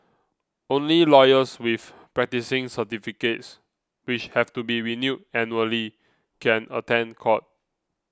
only lawyers with practising certificates which have to be renewed annually can attend court